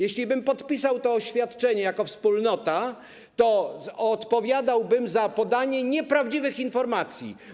Jeśli podpisałbym to oświadczenie jako wspólnota, to odpowiadałbym za podanie nieprawdziwych informacji.